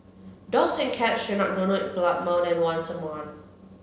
dogs and cats should not donate blood more than once a month